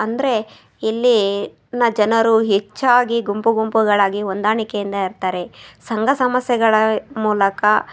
ಅಂದರೆ ಇಲ್ಲಿನ ಜನರು ಹೆಚ್ಚಾಗಿ ಗುಂಪುಗುಂಪುಗಳಾಗಿ ಹೊಂದಾಣಿಕೆಯಿಂದ ಇರ್ತಾರೆ ಸಂಘ ಸಮಸ್ಯೆಗಳ ಮೂಲಕ